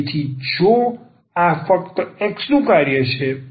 તેથી જો આ ફક્ત x નું કાર્ય છે